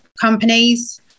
companies